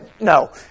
no